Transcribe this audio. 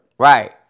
Right